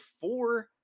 four